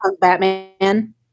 Batman